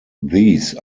these